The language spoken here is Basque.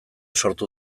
sortu